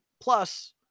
plus